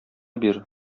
бир